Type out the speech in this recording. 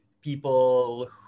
people